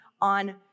on